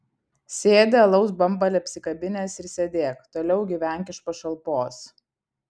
sėdi alaus bambalį apsikabinęs ir sėdėk toliau gyvenk iš pašalpos